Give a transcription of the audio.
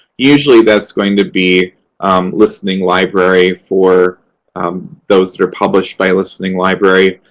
usually, that's going to be um listening library for those that are published by listening library.